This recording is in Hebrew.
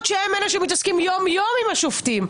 למרות שהם אלה שמתעסקים יום יום עם השופטים,